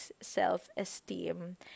self-esteem